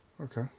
Okay